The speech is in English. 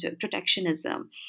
protectionism